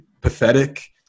pathetic